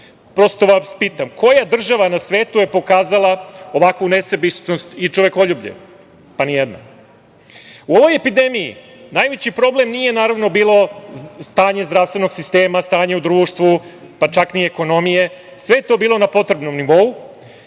vas pitam – koja država na svetu je pokazala ovakvu nesebičnosti i čovekoljublje? Pa nijedna.U ovoj epidemiji najveći problem naravno nije bilo stanje zdravstvenog sistema, stanje u društvu, pa čak ni ekonomije. Sve je to bilo na potrebnom nivou.